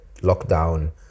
lockdown